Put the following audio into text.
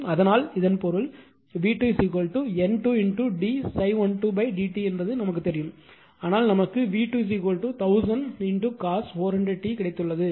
அதனால் இதன் பொருள் v2 N2 d ∅12 d t என்பது நமக்குத் தெரியும் ஆனால் நமக்கு v2 1000 cos கிடைத்துள்ளது